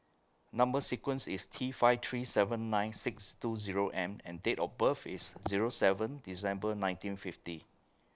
Number sequence IS T five three seven nine six two Zero M and Date of birth IS Zero seven December nineteen fifty